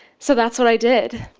so that's what i did.